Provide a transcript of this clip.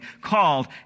called